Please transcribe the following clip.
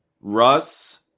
Russ